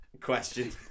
question